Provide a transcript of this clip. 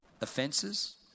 Offenses